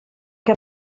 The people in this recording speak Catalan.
que